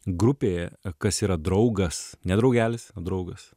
grupė kas yra draugas ne draugelis o draugas